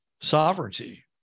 sovereignty